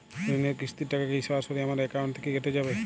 ঋণের কিস্তির টাকা কি সরাসরি আমার অ্যাকাউন্ট থেকে কেটে যাবে?